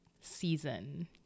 season